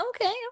Okay